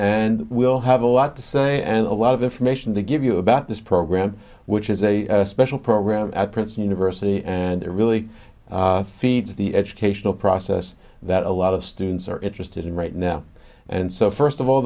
and will have a lot to say and a lot of information to give you about this program which is a special program at princeton university and it really feeds the educational process that a lot of students are interested in right now and so first of all